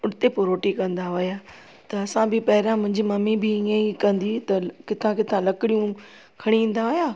उते पोइ रोटी कंदा हुया त असां बि पहिरियां मुंहिंजी ममी बि ईअं ई कंदी हुई त किथां किथां लकिड़ियूं खणी ईंदा हुया